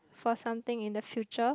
for something in the future